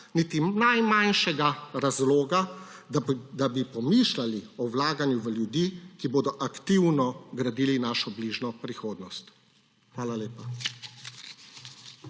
niti najmanjšega razloga, da bi pomišljali o vlaganju v ljudi, ki bodo aktivno gradili našo bližnjo prihodnost. Hvala lepa.